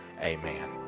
Amen